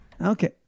Okay